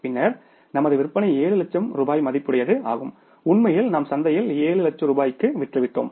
பின்னர் நமது விற்பனை 7 லட்சம் ரூபாய் மதிப்புடையது ஆகும் உண்மையில் நாம் சந்தையில் 7 லட்சம் ரூபாய்க்கு விற்றுவிட்டோம்